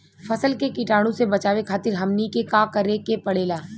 फसल के कीटाणु से बचावे खातिर हमनी के का करे के पड़ेला?